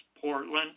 Portland